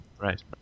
right